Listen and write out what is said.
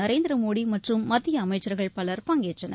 நரேந்திரமோடி மற்றும் மத்திய அமைச்சர்கள் பலர் பங்கேற்றனர்